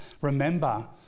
remember